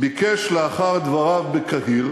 ביקש, לאחר דבריו בקהיר,